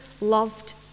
loved